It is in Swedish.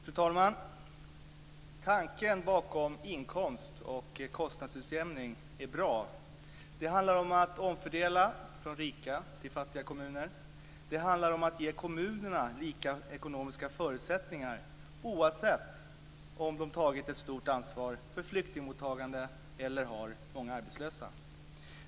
Fru talman! Tanken bakom inkomst och kostnadsutjämning är bra. Det handlar om att omfördela från rika till fattiga kommuner. Det handlar om att ge kommunerna lika ekonomiska förutsättningar oavsett om de tagit ett stort ansvar för flyktingmottagande eller har många arbetslösa.